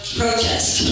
protest